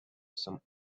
some